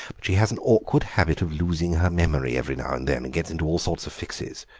but she has an awkward habit of losing her memory every now and then, and gets into all sorts of fixes.